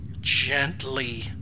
gently